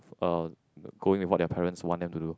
uh going with what their parents want them to do